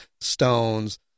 Stones